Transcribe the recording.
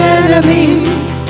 enemies